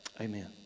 Amen